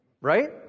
Right